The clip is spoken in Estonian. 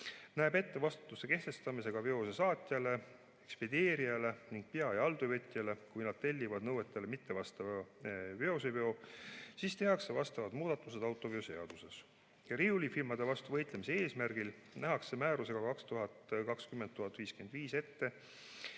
näeb ette vastutuse kehtestamise ka veose saatjale, ekspedeerijale ning pea‑ ja alltöövõtjale, kui nad tellivad nõuetele mittevastava veoseveo, siis tehakse vastavad muudatused autoveoseaduses. Riiulifirmade vastu võitlemise eesmärgil nähakse määrusega 2020/1055 ette,